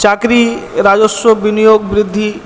চাকরি রাজস্ব বিনিয়োগ বৃদ্ধি